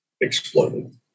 exploded